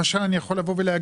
למשל אני יכול להגיד,